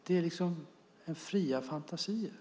Det är fria fantasier från hennes sida.